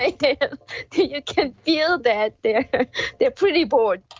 ah you can feel that they they are pretty bored.